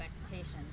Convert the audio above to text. expectations